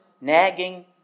nagging